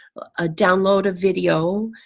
ah download a video